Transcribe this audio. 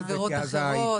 ועבירות אחרות.